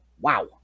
wow